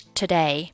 today